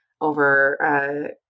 over